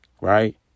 right